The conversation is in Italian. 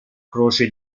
croce